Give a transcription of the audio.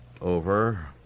over